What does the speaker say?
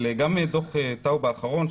גם דוח טאוב האחרון,